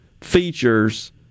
features